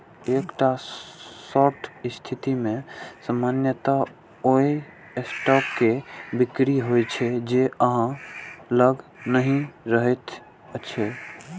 एकटा शॉर्ट स्थिति मे सामान्यतः ओइ स्टॉक के बिक्री होइ छै, जे अहां लग नहि रहैत अछि